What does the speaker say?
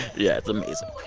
yeah, it's amazing.